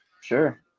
Sure